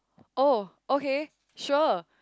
oh okay sure